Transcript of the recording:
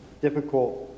difficult